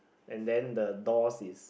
and then the doors is